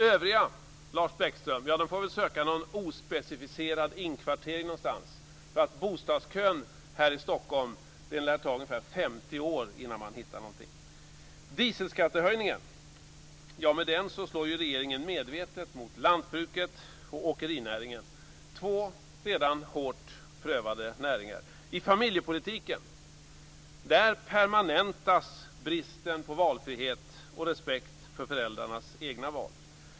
Övriga, Lars Bäckström, får väl söka sig en ospecificerad inkvartering någonstans. Bostadskön här i Stockholm är ju sådan att det lär ta ungefär 50 år att hitta någonting. Med dieselskattehöjningen slår regeringen medvetet mot lantbruket och åkerinäringen, två redan hårt prövade näringar. I familjepolitiken permanentas bristen på valfrihet och respekt för föräldrarnas egna val.